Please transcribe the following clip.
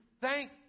thank